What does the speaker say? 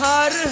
Har